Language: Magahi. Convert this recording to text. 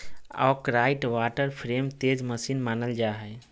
आर्कराइट वाटर फ्रेम तेज मशीन मानल जा हई